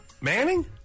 Manning